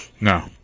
No